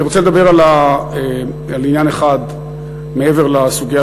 אני רוצה לדבר על עניין אחד מעבר לסוגיה